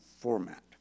format